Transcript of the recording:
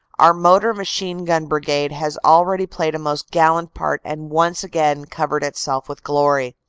our motor machine-gun brigade has already played a most gallant part and once again covered itself with glory.